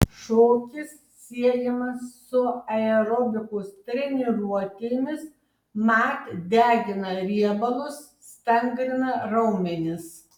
šokis siejamas su aerobikos treniruotėmis mat degina riebalus stangrina raumenis